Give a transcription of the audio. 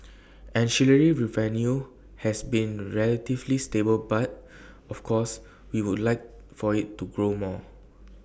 ancillary revenue has been relatively stable but of course we would like for IT to grow more